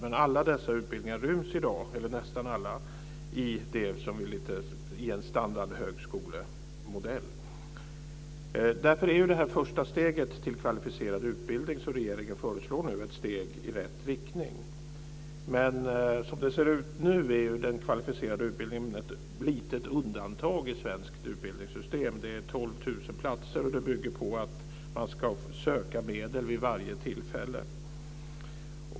Nästan alla dessa utbildningar ryms i dag i en standardhögskolemodell. Därför är detta första steg till kvalificerad utbildning som regeringen nu förelår ett steg i rätt riktning. Men som det ser ut nu är den kvalificerade yrkesutbildningen ett litet undantag i svenskt utbildningssystem. Det är 12 000 platser, och det bygger på att medel söks vid varje tillfälle.